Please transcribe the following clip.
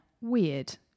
weird